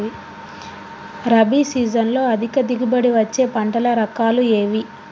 రబీ సీజన్లో అధిక దిగుబడి వచ్చే పంటల రకాలు ఏవి?